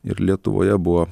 ir lietuvoje buvo